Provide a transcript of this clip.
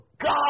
God